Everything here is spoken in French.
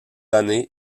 années